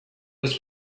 was